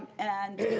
and